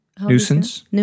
Nuisance